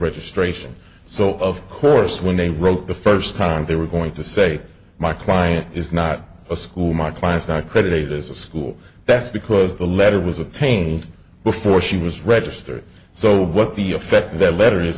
registration so of course when they wrote the first time they were going to say my client is not a school my class not credited as a school that's because the letter was obtained before she was registered so what the effect of that letter is